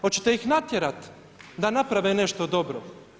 Hoćete ih natjerati da naprave nešto dobro?